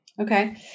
Okay